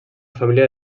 família